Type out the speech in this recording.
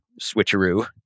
switcheroo